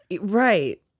right